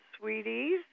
Sweeties